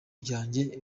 byanjye